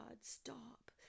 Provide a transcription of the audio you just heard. Stop